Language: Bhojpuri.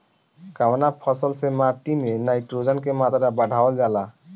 कवना फसल से माटी में नाइट्रोजन के मात्रा बढ़ावल जाला?